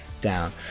down